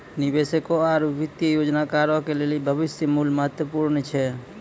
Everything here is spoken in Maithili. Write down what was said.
निवेशकों आरु वित्तीय योजनाकारो के लेली भविष्य मुल्य महत्वपूर्ण छै